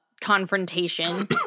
confrontation